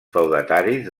feudataris